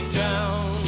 down